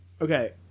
Okay